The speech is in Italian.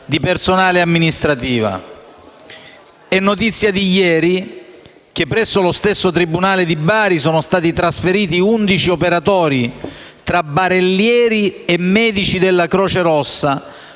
di personale amministrativo. È notizia di ieri che, presso lo stesso tribunale di Bari, sono stati trasferiti undici operatori, tra barellieri e medici della Croce Rossa,